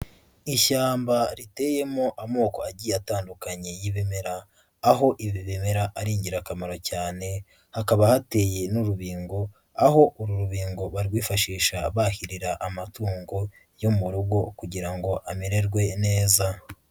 Ishyamba riteyemo amoko agiye atandukanye y'ibimera, aho ibi bimera ari ingirakamaro cyane, hakaba hateye n'urubingo, aho uru rubingo barwifashisha bahirira amatungo yo mu rugo kugira ngo amererwe neza.